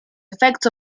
effects